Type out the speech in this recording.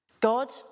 God